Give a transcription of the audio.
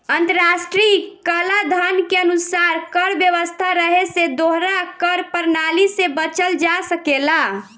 अंतर्राष्ट्रीय कलाधन के अनुसार कर व्यवस्था रहे से दोहरा कर प्रणाली से बचल जा सकेला